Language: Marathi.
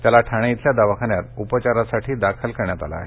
त्याला ठाणे इथल्या दवाखान्यात उपचारासाठी दाखल करण्यात आलं आहे